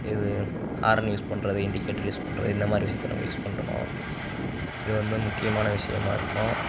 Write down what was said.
இது horn use பண்ணுறது indicator use பண்ணுறது இந்த மாதிரி விஷியத்தலாம் நம்ம யூஸ் பண்ணணும் இது வந்து முக்கியமான விஷயமா இருக்கும்